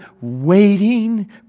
waiting